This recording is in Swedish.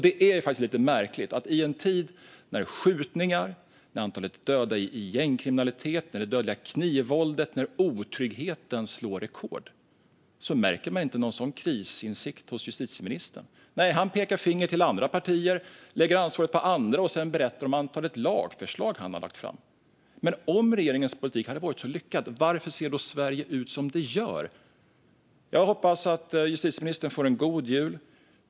Det är ju faktiskt lite märkligt att man i en tid när skjutningarna, antalet döda i gängkriminalitet, det dödliga knivvåldet och otryggheten slår rekord inte märker någon krisinsikt hos justitieministern. Han pekar i stället finger åt andra partier och lägger ansvaret på andra och berättar sedan om det antal lagförslag han har lagt fram. Om regeringens politik har varit så lyckad, varför ser då Sverige ut som det gör? Jag hoppas att justitieministern får en god jul.